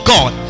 God